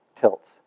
tilts